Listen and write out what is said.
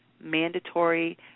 mandatory